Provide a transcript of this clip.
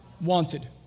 wanted